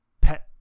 pet